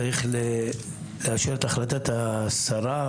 צריך לאשר את החלטת השרה,